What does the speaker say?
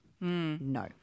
No